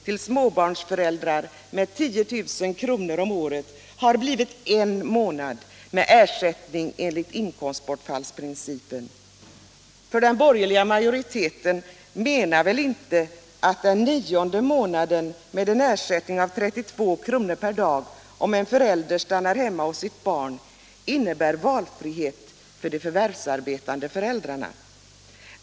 om året under tre år till småbarnsföräldrar har blivit en månad med ersättning enligt inkomstbortfallsprincipen. För den borgerliga majoriteten menar väl inte att den nionde månaden med en ersättning av 32 kr. per dag om en förälder stannar hemma hos sitt barn innebär valfrihet för de förvärvsarbetande föräldrarna?